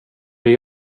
det